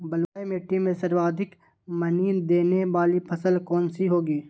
बलुई मिट्टी में सर्वाधिक मनी देने वाली फसल कौन सी होंगी?